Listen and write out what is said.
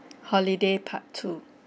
holiday part two